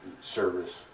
service